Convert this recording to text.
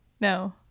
No